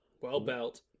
Well-built